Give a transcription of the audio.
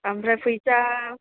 ओमफ्राय फैसा